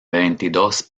veintidós